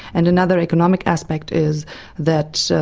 and another economic aspect is that,